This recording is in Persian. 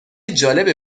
جالبه